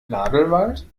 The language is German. nadelwald